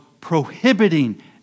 prohibiting